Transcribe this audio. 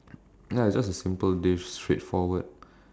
ya it's just a simple dish straightforward